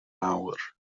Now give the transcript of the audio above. awr